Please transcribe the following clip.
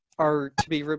are to be